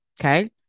Okay